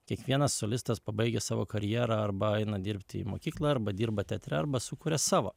kiekvienas solistas pabaigia savo karjerą arba eina dirbti į mokyklą arba dirba teatre arba sukuria savo